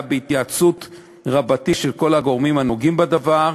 הייתה התייעצות רבתי של כל הגורמים הנוגעים בדבר,